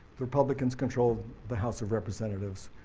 the republicans controlled the house of representatives,